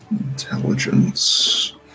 Intelligence